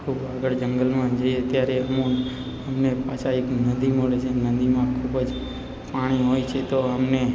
ખૂબ આગળ જંગલમાં જઈએ ત્યારે હું અમને પાછા એક નદી મળે છે નદીમાં ખૂબ જ પાણી હોય છે તો અમે